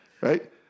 Right